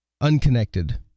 unconnected